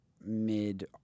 mid